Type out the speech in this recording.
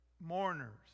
mourners